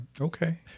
Okay